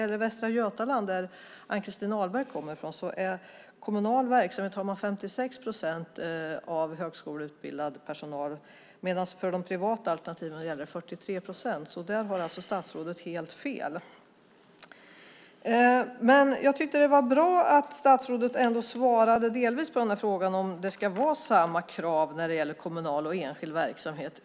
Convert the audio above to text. I Västra Götaland, som Ann-Christin Ahlberg kommer från, är 65 procent högskoleutbildad personal i kommunal verksamhet, medan det är 43 procent i de privata verksamheterna. Där har alltså statsrådet helt fel. Jag tycker att det var bra att statsrådet ändå svarade delvis på frågan om det ska vara samma krav på kommunal och enskild verksamhet.